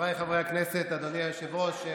חבריי חברי הכנסת, אדוני היושב-ראש,